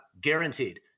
guaranteed